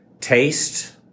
taste